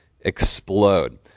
explode